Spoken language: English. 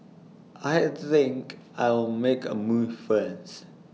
I think I'll make A move first